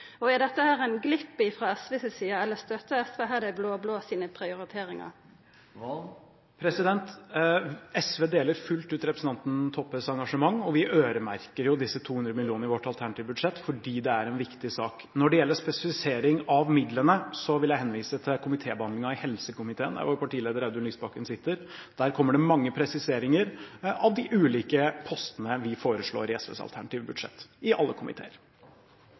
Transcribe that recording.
budsjett. Er dette ein glipp frå SV si side, eller støttar SV her dei blå-blå sine prioriteringar? SV deler fullt ut representanten Toppes engasjement, og vi øremerker disse 200 mill. kr i vårt alternative budsjett fordi det er en viktig sak. Når det gjelder spesifisering av midlene, vil jeg henvise til komitébehandlingen i helsekomiteen, der vår partileder, Audun Lysbakken, sitter. Der kommer det mange presiseringer av de ulike postene vi foreslår i SVs alternative budsjett – i alle komiteer.